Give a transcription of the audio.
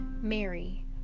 Mary